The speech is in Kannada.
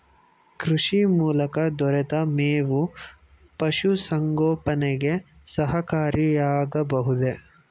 ಕೃಷಿ ಮೂಲಕ ದೊರೆತ ಮೇವು ಪಶುಸಂಗೋಪನೆಗೆ ಸಹಕಾರಿಯಾಗಬಹುದೇ?